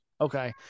Okay